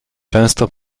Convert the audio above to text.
często